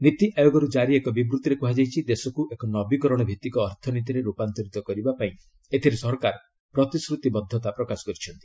ନୀତିଆୟୋଗରୁ କାରି ଏକ ବିବୃତ୍ତିରେ କୁହାଯାଇଛି ଦେଶକୁ ଏକ ନବୀକରଣ ଭିତ୍ତିକ ଅର୍ଥନୀତିରେ ରୂପାନ୍ତରିତ କରିବା ପାଇଁ ଏଥିରେ ସରକାର ପ୍ରତିଶ୍ରତିବଦ୍ଧତା ପ୍ରକାଶ କରିଛନ୍ତି